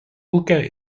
ūkio